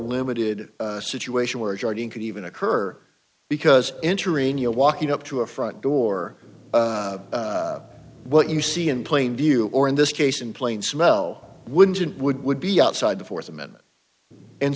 limited situation where charging could even occur because entering you're walking up to a front door what you see in plain view or in this case in plain smell wouldn't would would be outside the fourth amendment and